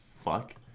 fuck